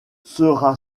sera